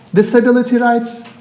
disability rights.